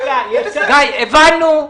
הבנו.